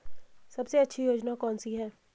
सबसे अच्छी योजना कोनसी है?